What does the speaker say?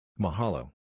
Mahalo